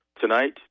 Tonight